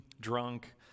drunk